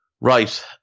Right